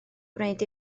gwneud